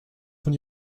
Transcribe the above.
von